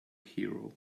hero